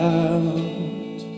out